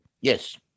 Yes